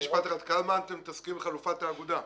כמה אתם מתעסקים עם חלופת האגודה?